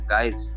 Guys